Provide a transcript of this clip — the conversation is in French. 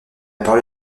parole